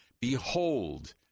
behold